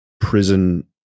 prison